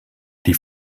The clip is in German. die